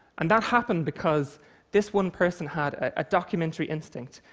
and that happened because this one person had a documentary instinct,